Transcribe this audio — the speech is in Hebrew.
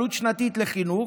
עלות שנתית של חינוך,